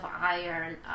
iron